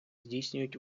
здійснюють